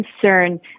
concern